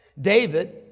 David